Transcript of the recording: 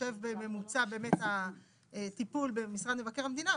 בהתחשב בממוצע הטיפול במשרד מבקר המדינה,